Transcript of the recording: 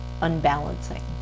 unbalancing